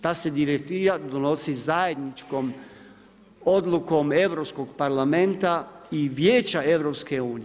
Ta se direktiva donosi zajedničkom odlukom Europskog parlamenta i Vijeća EU.